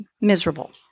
miserable